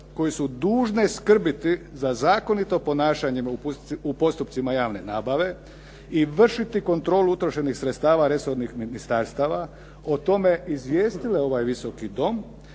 koje su dužne skrbiti za zakonito ponašanje u postupcima javne nabave i vršiti kontrolu utrošenih sredstava resornih ministarstava o tome izvijestile ovaj Visoki dom